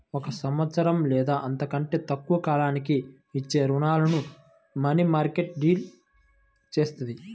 ఒక సంవత్సరం లేదా అంతకంటే తక్కువ కాలానికి ఇచ్చే రుణాలను మనీమార్కెట్ డీల్ చేత్తది